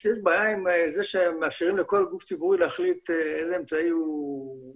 אני חושב שיש בעיה שמאפשרים לכל גוף ציבורי להחליט איזה אמצעי הוא יבחר.